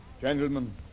Gentlemen